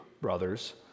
brothers